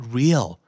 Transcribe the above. real